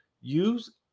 use